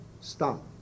Stop